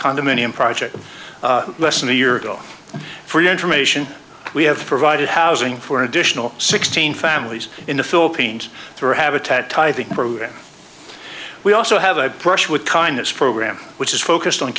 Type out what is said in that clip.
condominium project less than a year ago and for your information we have provided housing for additional sixteen families in the philippines through habitat tithing program we also have a brush with kindness program which is focused on